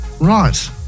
Right